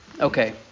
Okay